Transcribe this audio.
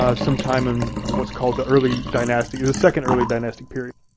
ah some time in what's called the early dynastic, the second early dynastic period.